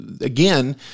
again